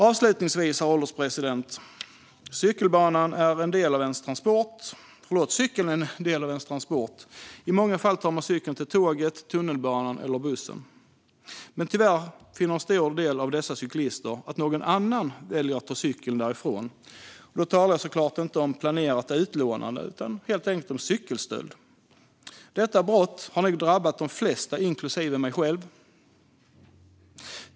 Avslutningsvis, herr ålderspresident, är cykeln en del av människors transport. I många fall tar man cykeln till tåget, tunnelbanan eller bussen. Tyvärr finner en stor del av dessa cyklister att någon annan väljer att ta cykeln därifrån, och då talar jag såklart inte om ett planerat utlånande utan helt enkelt om cykelstöld. Detta brott har nog drabbat de flesta, inklusive mig.